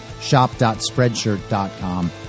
shop.spreadshirt.com